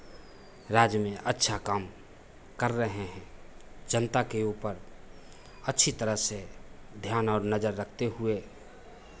राज्य में अच्छा काम कर रहे हैं जनता के ऊपर अच्छी तरह से ध्यान और नज़र रखते हुए